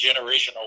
generational